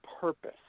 purpose